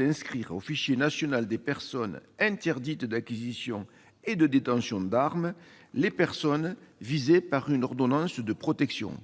inscrit au Fichier national des personnes interdites d'acquisition et de détention d'armes les personnes visées par une ordonnance de protection.